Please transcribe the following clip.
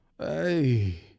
Hey